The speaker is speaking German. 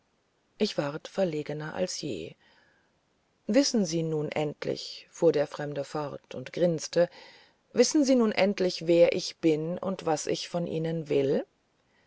ich ward verlegener als je wissen sie nun endlich fuhr der fremde fort und grinsete wissen sie nun endlich wer ich bin und was ich von ihnen will